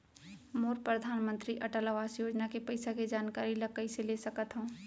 मोर परधानमंतरी अटल आवास योजना के पइसा के जानकारी ल कइसे ले सकत हो?